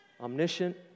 omniscient